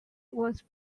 was